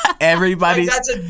Everybody's